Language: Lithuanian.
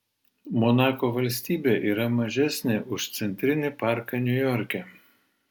monako valstybė yra mažesnė už centrinį parką niujorke